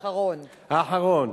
אחרון.